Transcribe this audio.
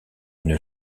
une